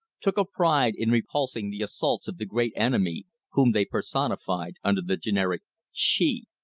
took a pride in repulsing the assaults of the great enemy, whom they personified under the generic she.